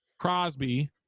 Crosby